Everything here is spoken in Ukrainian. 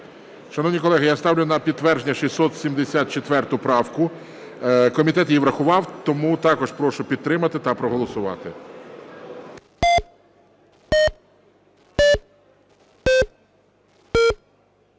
Шановні колеги, я ставлю на підтвердження 674 правку. Комітет її врахував. Тому також прошу підтримати та проголосувати.